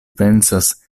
pensas